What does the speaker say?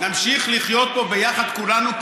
נמשיך לחיות פה ביחד כולנו,